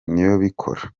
niyibikora